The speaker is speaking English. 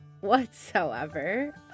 whatsoever